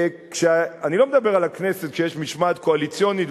אני לא מדבר על הכנסת כשיש משמעת קואליציונית,